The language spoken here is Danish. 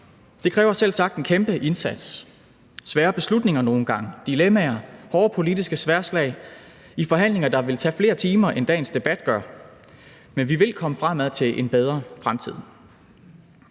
Det kræver selvsagt en kæmpe indsats og nogle gange svære beslutninger; der er dilemmaer og hårde politiske sværdslag i forhandlinger, der vil tage flere timer, end dagens debat gør, men vi vil komme frem til en bedre fremtid.